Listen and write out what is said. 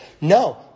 No